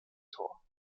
tor